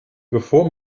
bevor